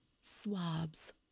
swabs